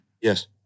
Yes